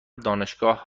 دانشگاه